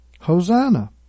Hosanna